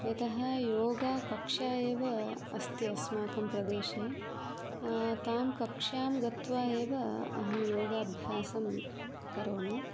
यतः योगाकक्षा एव अस्ति अस्माकं प्रदेशे तान् कक्षां गत्वा एव अहं योगाभ्यासं करोमि